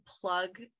plug